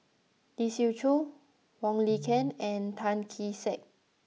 Lee Siew Choh Wong Lin Ken and Tan Kee Sek